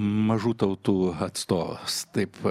mažų tautų atstovas taip